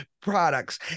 products